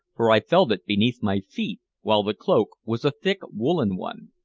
for i felt it beneath my feet, while the cloak was a thick woolen one.